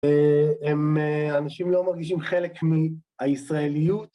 הם אנשים לא מרגישים חלק מהישראליות